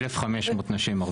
1,500 נשים ערביות.